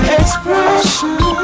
expression